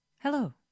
Hello